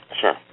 Sure